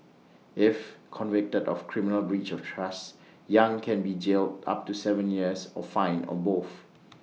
if convicted of criminal breach of trust yang can be jailed up to Seven years or fined or both